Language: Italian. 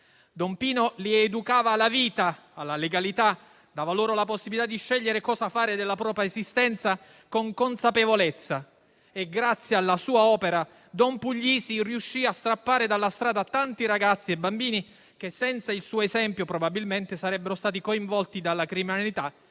Don Pino li educava alla vita e alla legalità e dava loro la possibilità di scegliere cosa fare della propria esistenza, con consapevolezza. Grazie alla sua opera, don Puglisi riuscì a strappare dalla strada tanti ragazzi e bambini, che senza il suo esempio, probabilmente, sarebbero stati coinvolti dalla criminalità